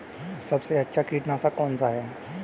सबसे अच्छा कीटनाशक कौन सा है?